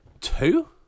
two